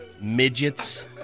midgets